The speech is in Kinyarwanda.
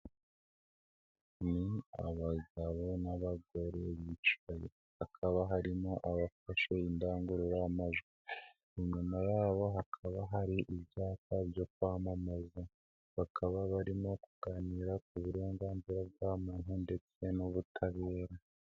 Ni abagabo n'abagore bicaye, hakaba harimo abafashe indangururamajwi, inyuma yabo hakaba hari ibyapa byo kwamamaza, bakaba barimo kuganira ku burenganzira bwa muntu ndetse n'ubutabera.